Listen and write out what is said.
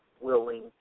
willing